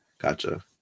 Gotcha